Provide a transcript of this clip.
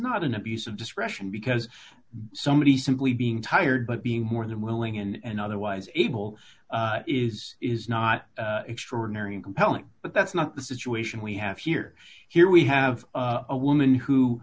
not an abuse of discretion because somebody simply being tired but being more than willing and otherwise able is is not extraordinary and compelling but that's not the situation we have here here we have a woman who